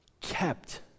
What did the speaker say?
kept